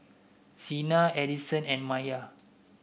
Xena Edison and Maiya